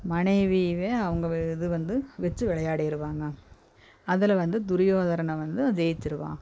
மனைவியவே அவங்க வே இது வந்து வச்சு விளையாடிருவாங்க அதில் வந்து துரியோதரனை வந்து ஜெயிச்சிருவான்